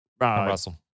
Russell